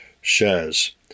shares